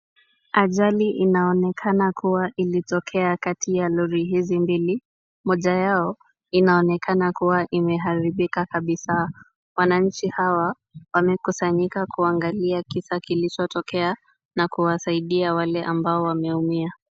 Ajali inaonekana kuwa ilitokea kati ya lori hizi mbili. Moja yao inaonekana kuwa imeharibika kabisa. Wananchi hawa wamekusanyika kuangalia kisa kilichotokea, na kuwasaidia wale ambao wameumia.